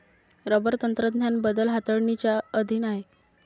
rubber तंत्रज्ञान बदल हाताळणीच्या अधीन आहे